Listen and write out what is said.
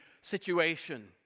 situation